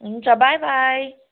हुन्छ bye by